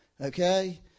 Okay